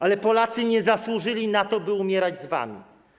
Ale Polacy nie zasłużyli na to, by umierać z wami.